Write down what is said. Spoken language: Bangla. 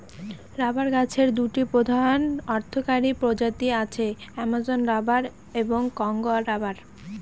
রবার গাছের দুটি প্রধান অর্থকরী প্রজাতি আছে, অ্যামাজন রবার এবং কংগো রবার